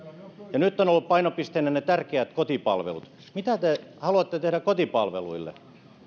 ja nyt on ollut painopisteenä ne tärkeät kotipalvelut mitä te haluatte tehdä kotipalveluille